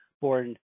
born